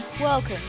Welcome